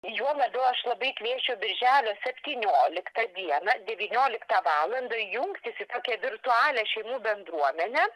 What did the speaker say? juo labiau aš labai kviesčiau birželio septynioliktą dieną devynioliktą valandą jungtis į tokią virtualią šeimų bendruomenę